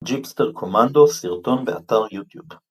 ג'יפסטר קומנדו, סרטון באתר יוטיוב ==